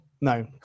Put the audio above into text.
no